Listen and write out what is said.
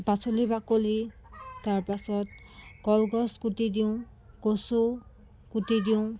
পাচলি বাকলি তাৰপাছত কলগছ কুটি দিওঁ কচু কুটি দিওঁ